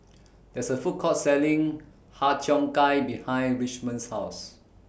There IS A Food Court Selling Har Cheong Gai behind Richmond's House